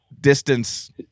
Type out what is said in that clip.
distance